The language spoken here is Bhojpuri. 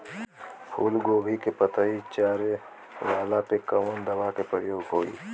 फूलगोभी के पतई चारे वाला पे कवन दवा के प्रयोग होई?